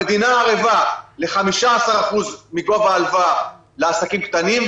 המדינה ערבה ל-15% מגובה ההלוואה לעסקים קטנים.